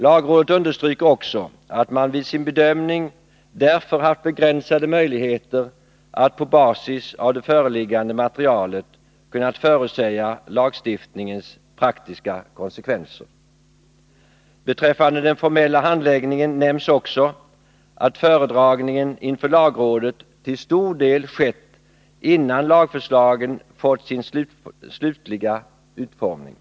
Lagrådet understryker också att man vid sin bedömning därför har haft begränsade möjligheter att på basis av det föreliggande materialet förutsäga lagstiftningens praktiska konsekvenser. Beträffande den formella handläggningen nämns också att föredragningen inför lagrådet till stor del skett innan lagförslagen nått sin slutliga utformning.